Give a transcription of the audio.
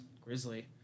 Grizzly